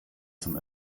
zum